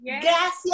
Gracias